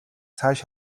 цааш